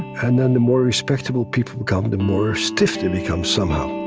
and then the more respectable people become, the more stiff they become somehow